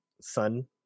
son